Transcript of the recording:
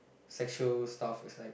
sexual stuff is like